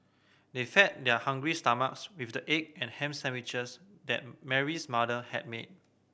they fed their hungry stomachs with the egg and ham sandwiches that Mary's mother had made